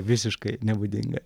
visiškai nebūdingą